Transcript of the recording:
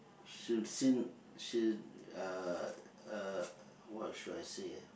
uh uh what should I say ah